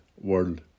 world